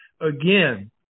again